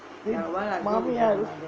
மாமியார்:maamiyaar